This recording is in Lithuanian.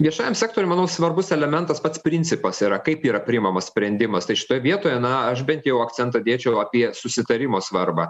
viešajam sektoriui manau svarbus elementas pats principas yra kaip yra priimamas sprendimas tai šitoj vietoje na aš bent jau akcentą dėčiau apie susitarimo svarbą